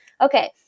Okay